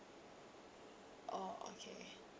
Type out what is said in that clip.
orh okay